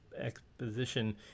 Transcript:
exposition